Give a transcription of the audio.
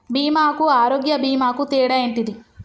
బీమా కు ఆరోగ్య బీమా కు తేడా ఏంటిది?